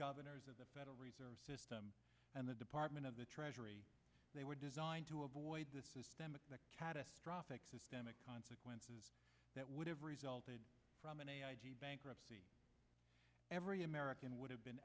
governors of the federal reserve system and the department of the treasury they were designed to avoid the catastrophic systemic consequences that would have resulted from a bankruptcy every american would have been